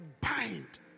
bind